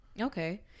okay